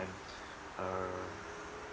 I'm uh